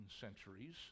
centuries